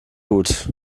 gut